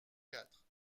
quatre